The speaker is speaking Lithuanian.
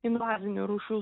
invazinių rūšių